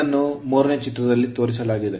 ಇದನ್ನು 3ನೇ ಚಿತ್ರದಲ್ಲಿ ತೋರಿಸಲಾಗಿದೆ